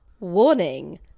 Warning